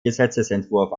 gesetzesentwurf